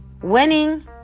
winning